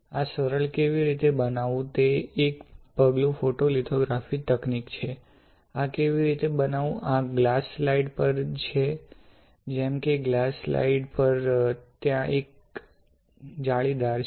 આ સરળ કેવી રીતે બનાવવું તે એક પગલું ફોટોલિથોગ્રાફી તકનીક છે આ કેવી રીતે બનાવવું આ ગ્લાસ સ્લાઇડ પર છે જેમ કે ગ્લાસ સ્લાઇડ પર ત્યાં એક જાળીદાર છે